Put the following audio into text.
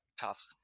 tough